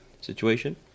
situation